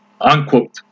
unquote